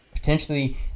potentially